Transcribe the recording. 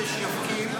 זה לא רק שהם לא משווקים,